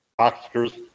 Oscars